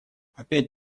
опять